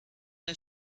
bei